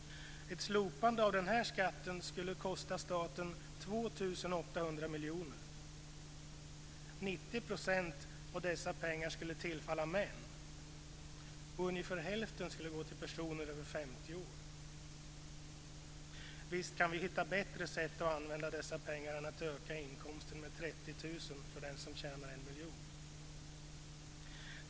Ett slopande av skatten skulle kosta staten 2 800 miljoner. 90 % av dessa pengar skulle tillfalla män och ungefär hälften skulle gå till personer över 50 år. Visst kan vi hitta bättre sätt att använda dessa pengar än att öka inkomsten med 30 000 kr för den som tjänar 1 miljon?